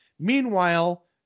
Meanwhile